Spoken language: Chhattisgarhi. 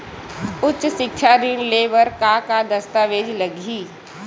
उच्च सिक्छा ऋण ले बर का का दस्तावेज लगही?